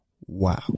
wow